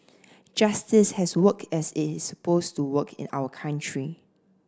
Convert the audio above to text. justice has worked as it's supposed to work in our country